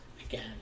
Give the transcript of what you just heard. again